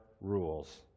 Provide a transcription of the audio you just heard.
rules